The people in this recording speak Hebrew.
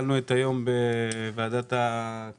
התחלנו את היום בוועדת הכלכלה,